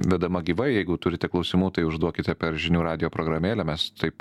vedama gyvai jeigu turite klausimų tai užduokite per žinių radijo programėlę mes taip